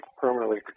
permanently